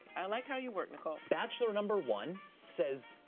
i like how you work, nicole. bachelor number one says,